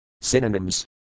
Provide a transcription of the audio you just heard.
Synonyms